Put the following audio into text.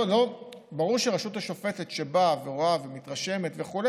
ברור שהרשות השופטת שבאה ורואה ומתרשמת וכו',